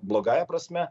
blogąja prasme